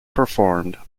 performed